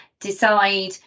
decide